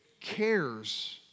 cares